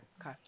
Okay